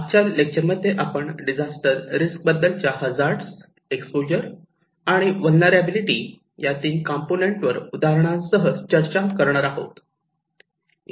आजच्या लेक्चर मध्ये आपण डिजास्टर रिस्क बद्दलच्या हजार्ड एक्सपोजर आणि व्हलनेरलॅबीलीटी या तीन कंपोनेंटवर उदाहरणासह चर्चा करणार आहोत